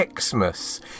Xmas